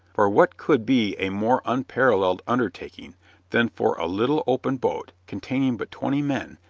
for what could be a more unparalleled undertaking than for a little open boat, containing but twenty men,